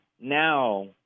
now